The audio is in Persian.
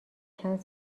چند